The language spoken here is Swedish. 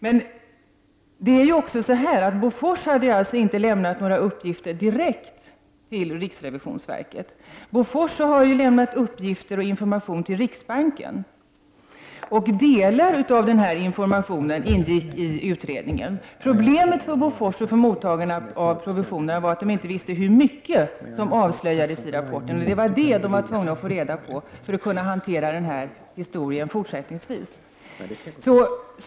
Men Bofors hade alltså inte lämnat några uppgifter direkt till riksrevisionsverket. Bofors har ju lämnat uppgifter och information till riksbanken, och delar av denna information ingick i utredningen. Problemet för Bofors och för mottagarna av provisionen var att de inte visste hur mycket som avslöjades i rapporten. Det var detta som de var tvungna att få reda på för att kunna hantera den här historien fortsättningsvis.